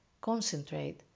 concentrate